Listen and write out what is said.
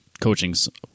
coachings